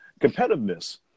competitiveness